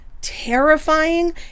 terrifying